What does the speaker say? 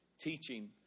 teaching